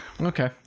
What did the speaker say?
Okay